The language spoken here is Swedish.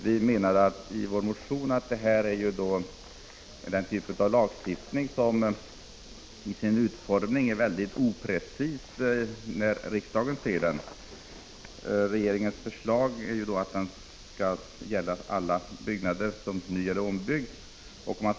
Vi menar i vår motion att det här är en sådan typ av lagstiftning som är mycket oprecis i sin utformning när riksdagen ser den. Regeringens förslag innebär, att lagen skall gälla alla byggnader som nyeller ombyggs.